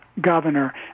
governor